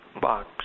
box